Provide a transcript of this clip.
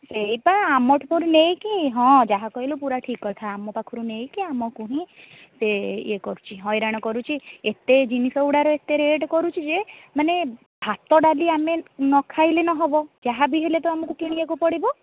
ଏଇ ପା ଆମଠୁ ନେଇକି ହଁ ଯାହା କହିଲୁ ପୁରା ଠିକ୍ କଥା ଆମ ପାଖରୁ ନେଇକି ଆମକୁ ହିଁ ସେ ଇଏ କରୁଛି ହଇରାଣ କରୁଛି ଏତେ ଜିନିଷଗୁଡ଼ାର ଏତେ ରେଟ୍ କରୁଛି ଯେ ମାନେ ଭାତ ଡାଲି ଆମେ ନଖାଇଲେ ନ ହେବ ଯାହା ବି ହେଲେ ତ ଆମକୁ କିଣିବାକୁ ପଡ଼ିବ